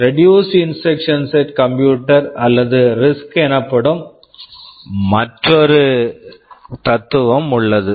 reduced instruction set computer Reduced Instruction Set Computer அல்லது ரிஸ்க்RISC எனப்படும் மற்றொரு தத்துவம் உள்ளது